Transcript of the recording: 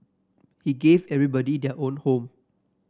he gave everybody their own home